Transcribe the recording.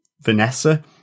Vanessa